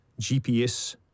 GPS